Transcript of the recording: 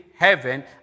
Heaven